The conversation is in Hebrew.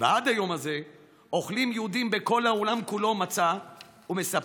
ועד היום הזה אוכלים יהודים בכל העולם כולו מצה ומספרים